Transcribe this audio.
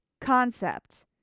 Concept